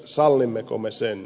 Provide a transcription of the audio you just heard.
sallimmeko me sen